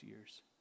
years